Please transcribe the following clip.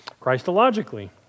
Christologically